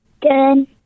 Good